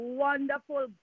wonderful